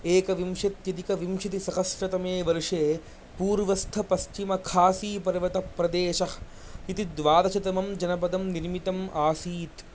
एकविंशत्यधिकविंशतिसहस्रतमे वर्षे पूर्वस्थपश्चिमकाशीपर्वतप्रदेशः इति द्वादशतमं जनपदं निर्मितम् आसीत्